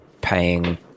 paying